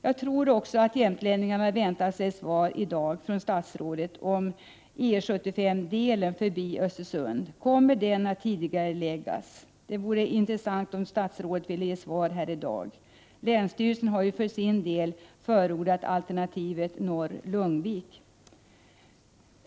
Jag tror att jämtlänningarna väntar sig ett svar i dag från statsrådet på frågan om utbyggnaden av E 75 förbi Östersund kommer att tidigareläggas. Det vore intressant att få ett svar. Länsstyrelsen har för sin del förordat alternativet Norr Lugnvik.